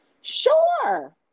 Sure